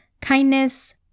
kindness